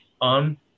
on